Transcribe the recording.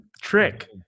trick